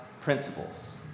principles